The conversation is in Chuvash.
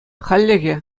хальлӗхе